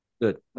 Good